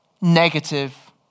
negative